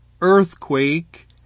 earthquake